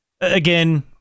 again